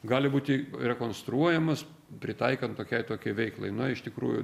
gali būti rekonstruojamas pritaikant tokiai tokiai veiklai na iš tikrųjų